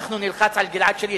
אנחנו נלחץ על גלעד שליט.